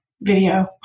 video